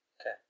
Okay